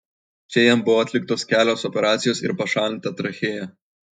čia jam buvo atliktos kelios operacijos ir pašalinta trachėja